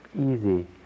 easy